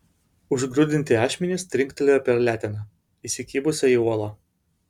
užgrūdinti ašmenys trinktelėjo per leteną įsikibusią į uolą